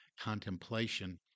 contemplation